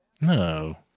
No